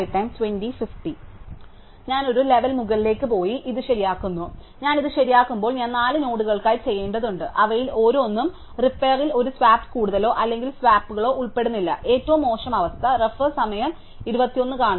അതിനാൽ ഞാൻ ഒരു ലെവൽ മുകളിലേക്ക് പോയി ഞാൻ ഇത് ശരിയാക്കുന്നു ഞാൻ ഇത് ശരിയാക്കുമ്പോൾ ഞാൻ 4 നോഡുകൾക്കായി ചെയ്യേണ്ടതുണ്ട് അവയിൽ ഓരോന്നും റിപ്പയറിൽ ഒരു സ്വാപ്പ് കൂടുതലോ അല്ലെങ്കിൽ സ്വാപ്പുകളോ ഉൾപ്പെടുന്നില്ല ഏറ്റവും മോശം അവസ്ഥ അങ്ങനെ